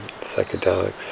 psychedelics